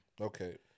Okay